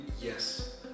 yes